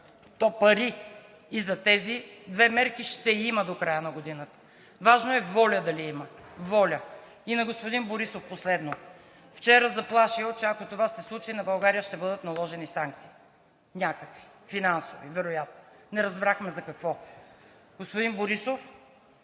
то пари и за тези две мерки ще има до края на годината. Важно е воля дали има. Воля! И на господин Борисов, последно. Вчера заплашил, че ако това се случи, на България ще бъдат наложени санкции – някакви, финансови, вероятно?! Не разбрахме за какво. Господин Борисов,